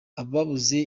ababuze